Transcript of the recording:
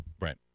right